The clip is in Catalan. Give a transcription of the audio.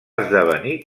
esdevenir